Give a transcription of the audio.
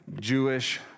Jewish